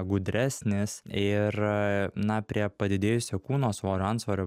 gudresnis ir na prie padidėjusio kūno svorio antsvorio